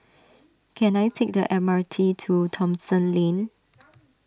can I take the M R T to Thomson Lane